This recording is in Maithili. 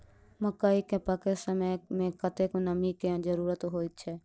मकई केँ पकै समय मे कतेक नमी केँ जरूरत होइ छै?